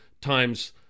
times